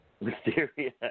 Mysteria